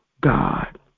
God